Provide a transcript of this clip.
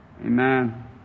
amen